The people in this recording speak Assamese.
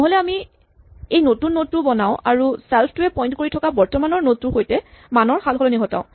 নহ'লে আমি এই নতুন নড টো বনাও আৰু চেল্ফ টোৱে পইন্ট কৰি থকা বৰ্তমানৰ নড টোৰ সৈতে মানৰ সালসলনি ঘটাওঁ